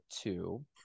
two